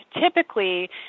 typically